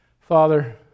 Father